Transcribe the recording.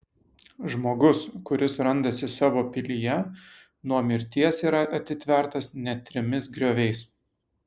žmogus kuris randasi savo pilyje nuo mirties yra atitvertas net trimis grioviais